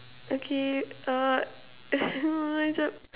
okay uh